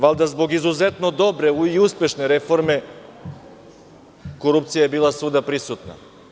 Valjda zbog izuzetno dobre i uspešne reforme korupcija je bila svuda prisutna.